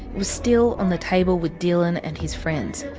was still on the table with dylan and his friends.